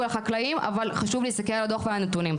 לחקלאים אבל חשוב להסתכל על הדוח והנתונים.